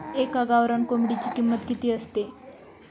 एका गावरान कोंबडीची किंमत किती असते?